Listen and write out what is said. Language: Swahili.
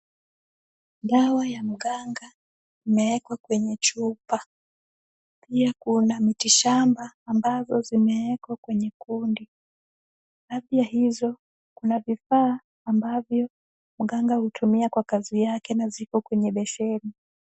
Dawa ya mganga imeekwa kwenye chupa, ili kuunda miti shamba ambazo zimeekwa kwenye kundi. Baadhi ya hizo, kuna vifaa ambavyo mganga hutumia kwa kazi yake na ziko kwenye besheni.